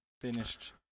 finished